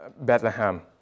Bethlehem